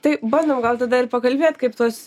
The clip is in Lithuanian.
tai bandom gal tada ir pakalbėt kaip tuos